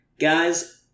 guys